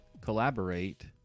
collaborate